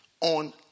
on